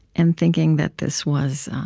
and thinking that this was